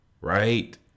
right